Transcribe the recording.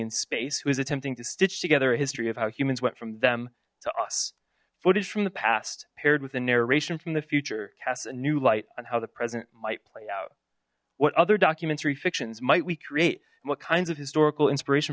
in space who is attempting to stitch together a history of how humans went from them to us footage from the past paired with a narration from the future cast a new light on how the present might play out what other documents re fictions might we create and what kinds of historical inspiration